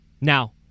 Now